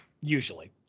usually